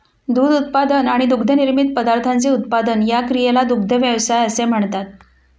दूध उत्पादन आणि दुग्धनिर्मित पदार्थांचे उत्पादन या क्रियेला दुग्ध व्यवसाय असे म्हणतात